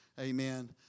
Amen